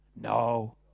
No